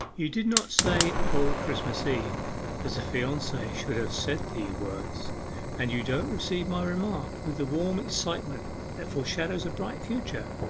you did not say old christmas eve as a fiancee should have said the words and you don't receive my remark with the warm excitement that foreshadows a bright future.